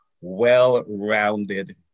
well-rounded